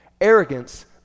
Arrogance